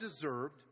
deserved